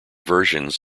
versions